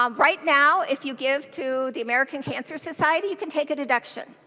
um right now if you give to the american cancer society you can take a deduction.